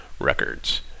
Records